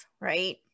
right